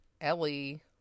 Ellie